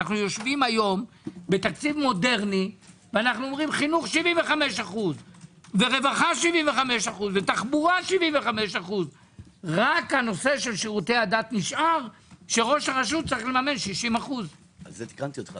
יושבים היום בתקציב מודרני ואומרים: חינוך 75% ורווחה 75% ותחבורה 75%. רק הנושא של שירותי הדת נשאר שראש הרשות צריך לממן 60%. זה תיקנתי אותך,